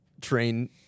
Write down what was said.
train